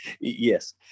yes